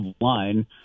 line